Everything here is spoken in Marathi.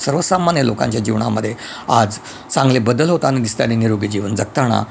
सर्वसामान्य लोकांच्या जीवनामध्ये आज चांगले बदल होताना दिसतं आहे आणि निरोगी जीवन जगताना